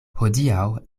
hodiaŭ